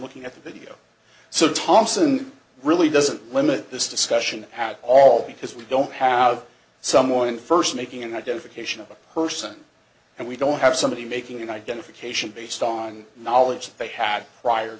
looking at video so thompson really doesn't limit this discussion at all because we don't have someone in first making an identification of a person and we don't have somebody making an identification based on knowledge they had prior